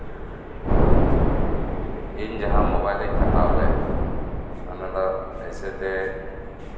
ᱤᱧ ᱡᱟᱦᱟᱸ ᱢᱳᱵᱟᱭᱤᱞ ᱤᱧ ᱦᱟᱛᱟᱣ ᱞᱮᱜ ᱚᱱᱟ ᱫᱚ ᱮᱭᱥᱮᱛᱮ